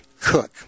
cook